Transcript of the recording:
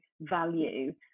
value